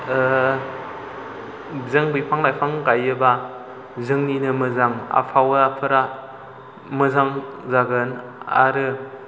जों बिफां लाइफां गायोब्ला जोंनिनो मोजां आबहावाफोरा मोजां जागोन आरो